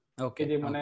Okay